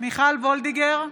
מיכל וולדיגר,